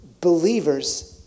believers